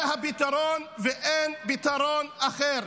זה הפתרון ואין פתרון אחר.